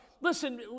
Listen